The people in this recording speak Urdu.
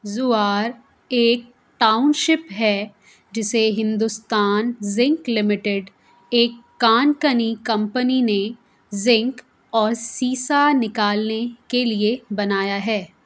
زوار ایک ٹاؤن شپ ہے جسے ہندوستان زنک لمیٹڈ ایک کان کنی کمپنی نے زنک اور سیسہ نکالنے کے لیے بنایا ہے